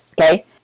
Okay